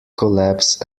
collapse